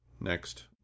next